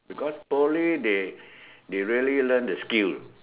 because Poly they they really learn the skill